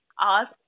ask